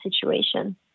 situation